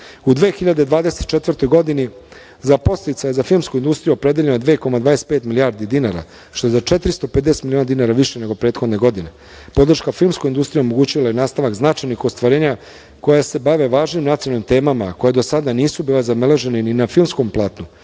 2024. godini za podsticaje za filmsku industriju, opredeljeno je 2,25 milijardi dinara, što je za 450 miliona dinara više nego prethodne godine. Podrška filmskoj industriji omogućuje nastavak značajnih ostvarenja koja se bave važnim nacionalnim temama koje do sada nisu bile zabeležene na filmskom platnu,